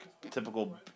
typical